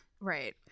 Right